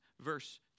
verse